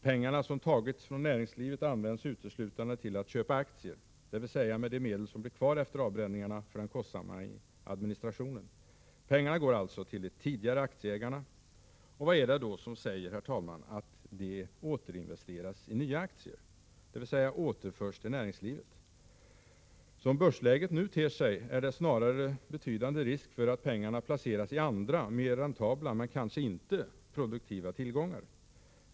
Pengarna som tagits från näringslivet används uteslutande till att köpa aktier, dvs. de medel som blir kvar efter avbränningarna för den kostsamma administrationen. Pengarna går alltså till de tidigare aktieägarna. Vad är det då som säger, herr talman, att de återinvesteras i nya aktier, dvs. återförs till näringslivet? Som börsläget nu ter sig, är det snarare betydande risk för att pengarna placeras i andra, mer räntabla men kanske icke produktiva tillgångar?